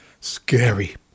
scary